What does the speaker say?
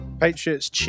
Patriots